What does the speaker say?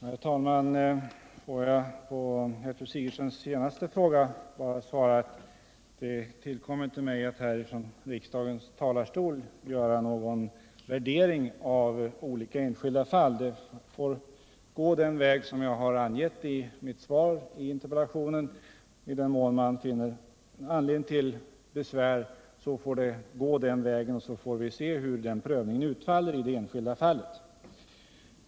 Herr talman! Får jag på Gertrud Sigurdsens senaste fråga bara svara att det inte tillkommer mig att från riksdagens talarstol göra någon värdering av olika enskilda fall. I den mån man finner anledning till besvär får man gå den väg Som jag angivit i mitt svar, och så får vi se hur den prövningen utfaller i det enskilda fallet.